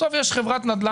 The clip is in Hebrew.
בסוף יש לכם רק נדל"ן,